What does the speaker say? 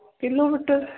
kilometer